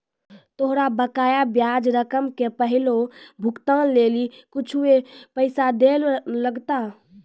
तोरा बकाया ब्याज रकम के पहिलो भुगतान लेली कुछुए पैसा दैयल लगथा